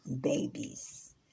babies